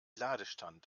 ladestand